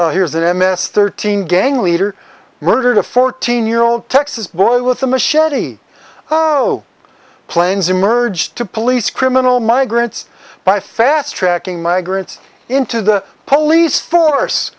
wisconsin here's an m s thirteen gang leader murdered a fourteen year old texas boy with a machete planes emerged to police criminal migrants by fast tracking migrants into the police force